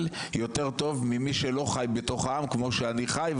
יותר טוב ממי שלא חי בתוך העם כמו שאני חי,